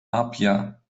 apia